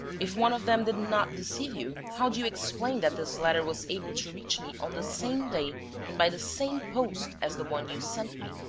if one of them did not deceive you, how do you explain that this letter was able to reach me on the same day and by the same post as the one you sent me?